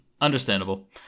understandable